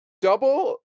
Double